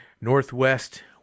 northwest